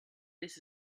this